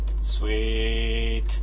Sweet